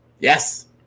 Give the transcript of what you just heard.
Yes